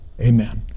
Amen